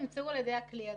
נמצאו על ידי הכלי הזה.